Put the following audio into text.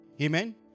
Amen